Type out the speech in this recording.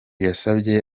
yasabye